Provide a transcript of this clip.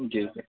जी जी